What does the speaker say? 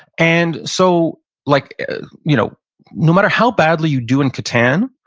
and so like you know no matter how badly you do in catan,